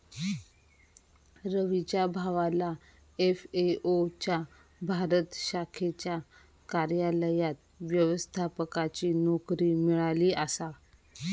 रवीच्या भावाला एफ.ए.ओ च्या भारत शाखेच्या कार्यालयात व्यवस्थापकाची नोकरी मिळाली आसा